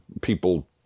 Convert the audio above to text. People